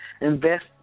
invest